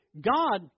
God